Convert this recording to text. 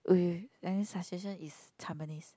wait wait wait any suggestion is Tampines